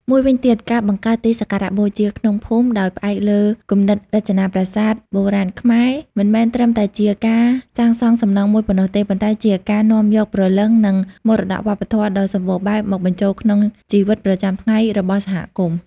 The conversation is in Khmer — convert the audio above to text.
មួយវិញទៀត ការបង្កើតទីសក្ការៈបូជាក្នុងភូមិ ដោយផ្អែកលើគំនិតរចនាប្រាសាទបុរាណខ្មែរមិនមែនត្រឹមតែជាការសាងសង់សំណង់មួយប៉ុណ្ណោះទេប៉ុន្តែជាការនាំយកព្រលឹងនិងមរតកវប្បធម៌ដ៏សម្បូរបែបមកបញ្ចូលក្នុងជីវិតប្រចាំថ្ងៃរបស់សហគមន៍។